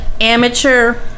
amateur